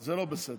זה לא בסדר.